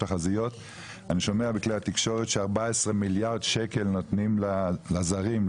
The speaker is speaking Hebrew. אני שומע בכלי התקשורת ש-14 מיליארד שקל נותנים לזרים,